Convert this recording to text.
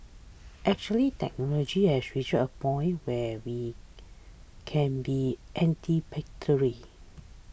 actually technology has reached a point where we can be anticipatory